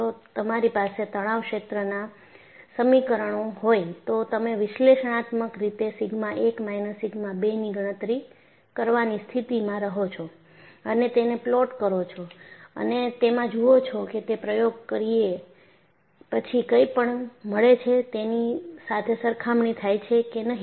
જો તમારી પાસે તણાવ ક્ષેત્રના સમીકરણો હોય તો તમે વિશ્લેષણાત્મક રીતે સિગ્મા 1 માઇનસ સિગ્મા 2 ની ગણતરી કરવાની સ્થિતિમાં રહો છો અને તેને પ્લોટ કરો છો અને તેમાં જુઓ છો કે તે પ્રયોગો કરીય પછી કંઈપણ મળે છે તેની સાથે સરખામણી થાય છે કે નહી